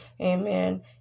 Amen